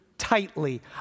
tightly